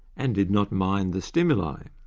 and did not mind the stimuli.